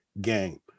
game